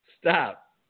Stop